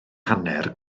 hanner